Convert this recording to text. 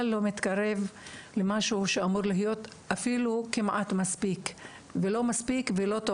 לא מתקרב למשהו שאמור להיות כמעט מספיק ולא טוב.